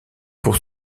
pour